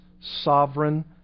sovereign